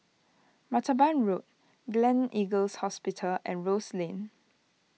Martaban Road Gleneagles Hospital and Rose Lane